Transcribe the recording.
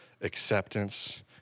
acceptance